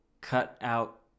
cut-out